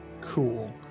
Cool